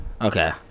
okay